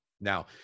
Now